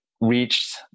reached